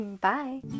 Bye